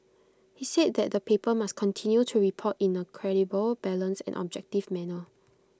he said that the paper must continue to report in A credible balanced and objective manner